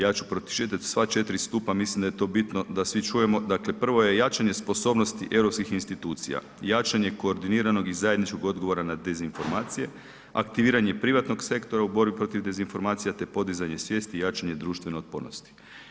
Ja ću pročitati sva četiri stupa, mislim da je to bitno da svi čujemo, dakle prvo je jačanje sposobnosti europskih institucija, jačanje koordiniranog i zajedničkog odgovora na dezinformacije, aktiviranje privatnog sektora u borbi protiv dezinformacija te podizanje svijesti i jačanje društvene otpornosti.